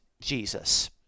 Jesus